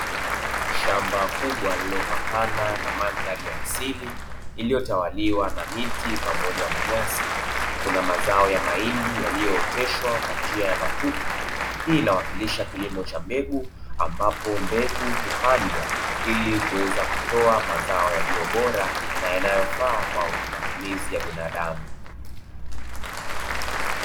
Shamba kubwa lililo pakana na mandhari ya asili iliyotawaliwa na miti pamoja na nyasi. Kuna mazao ya mahindi yaliyooteshwa kwa njia ya matuta, hii inawakilisha kilimo cha mbegu; ambapo mbegu hupandwa ili kuweza kutoa mazao yaliyo bora na yanayofaa kwa matumizi ya binadamu.